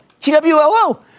TWLO